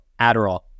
Adderall